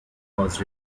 was